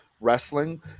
wrestling